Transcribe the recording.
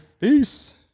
Peace